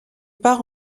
part